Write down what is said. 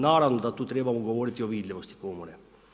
Naravno da tu trebamo govoriti o vidljivosti Komore.